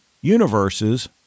universes